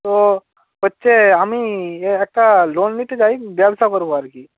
তো হচ্ছে আমি এ একটা লোন নিতে চাই ব্যবসা করব আর কি